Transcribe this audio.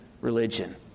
religion